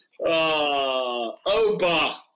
Oba